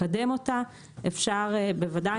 אפשר בוודאי,